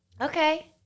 Okay